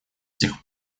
тех